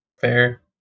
Fair